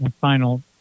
final